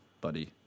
buddy